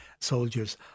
soldiers